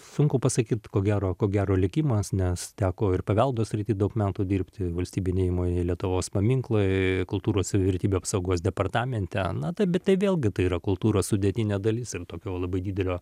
sunku pasakyt ko gero ko gero likimas nes teko ir paveldo srity daug metų dirbti valstybinėj įmonėj lietuvos paminklai kultūros vertybių apsaugos departamente na tai bet tai vėlgi tai yra kultūros sudėtinė dalis ir tokio jau labai didelio